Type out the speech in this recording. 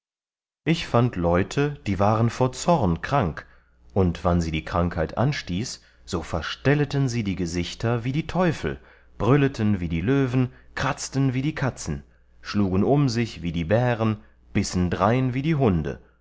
ich fand leute die waren vor zorn krank und wann sie die krankheit anstieß so verstelleten sie die gesichter wie die teufel brülleten wie die löwen kratzten wie die katzen schlugen um sich wie die bären bissen drein wie die hunde